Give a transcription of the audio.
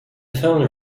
phone